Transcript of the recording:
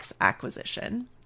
acquisition